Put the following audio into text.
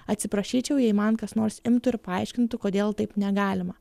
atsiprašyčiau jei man kas nors imtų ir paaiškintų kodėl taip negalima